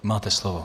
Máte slovo.